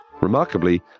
Remarkably